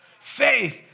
Faith